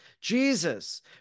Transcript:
Jesus